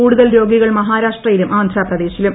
കൂടുതൽ രോഗികൾ മഹാരാഷ്ട്രയിലും ആന്ധ്രാ പ്രദേശിലും